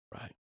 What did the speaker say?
right